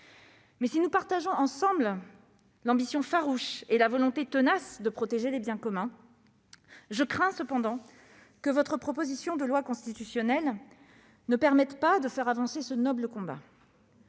Mais, si nous partageons l'ambition farouche et la volonté tenace de protéger les biens communs, je crains que votre proposition de loi constitutionnelle ne permette pas de faire avancer ce noble combat.